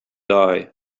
eye